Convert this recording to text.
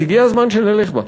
אז הגיע הזמן שנלך בה.